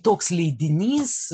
toks leidinys